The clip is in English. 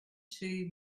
two